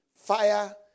Fire